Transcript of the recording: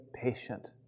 patient